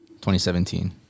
2017